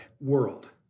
world